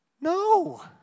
no